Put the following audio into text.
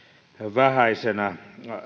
vähäisenä